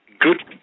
good